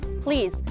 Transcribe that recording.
Please